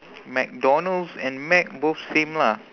mcdonald's and mac both same ah